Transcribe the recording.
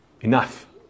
Enough